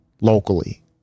locally